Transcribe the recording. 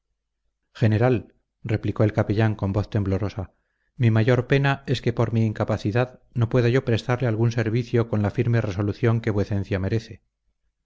general replicó el capellán con voz temblorosa mi mayor pena es que por mi incapacidad no pueda yo prestarle algún servicio con la firme resolución que vuecencia merece